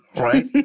Right